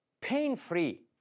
pain-free